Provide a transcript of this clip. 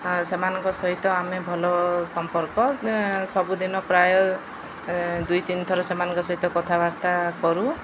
ସେମାନଙ୍କ ସହିତ ଆମେ ଭଲ ସମ୍ପର୍କ ସବୁଦିନ ପ୍ରାୟ ଦୁଇ ତିନିଥର ସେମାନଙ୍କ ସହିତ କଥାବାର୍ତ୍ତା କରୁ